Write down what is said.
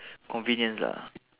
convenience ah